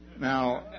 Now